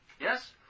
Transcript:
Yes